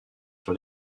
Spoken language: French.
sur